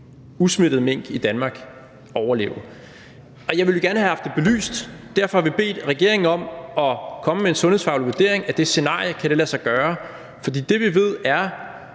usmittede mink i Danmark overleve. Jeg ville gerne have haft det belyst. Derfor har vi bedt regeringen om at komme med en sundhedsfaglig vurdering af det scenarie, altså om det kan lade sig gøre. For det, vi ved, er,